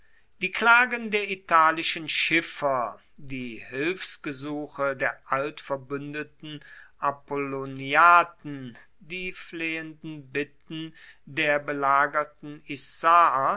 die klagen der italischen schiffer die hilfsgesuche der altverbuendeten apolloniaten die flehenden bitten der belagerten issaer